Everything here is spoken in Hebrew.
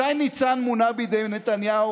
שי ניצן מונה בידי נתניהו,